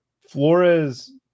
Flores